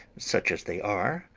such as they are.